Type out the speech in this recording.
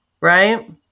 right